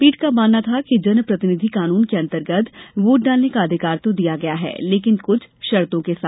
पीठ का मानना था कि जनप्रतिनिधि कोनून के अंतर्गत वोट डालने का अधिकार तो दिया गया है लेकिन कुछ शर्तों के साथ